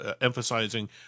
emphasizing